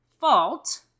fault